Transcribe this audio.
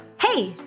hey